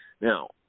Now